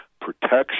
protection